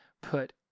put